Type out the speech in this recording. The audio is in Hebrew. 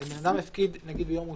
אם בן אדם הפקיד, נגיד ביום ראשון,